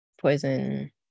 poison